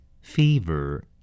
Fever